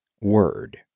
Word